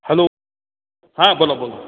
hello हां बोला बोला